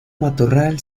matorral